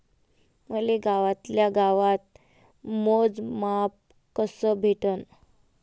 मले गावातल्या गावात मोजमाप कस भेटन?